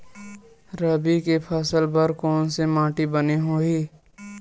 रबी के फसल बर कोन से माटी बने होही?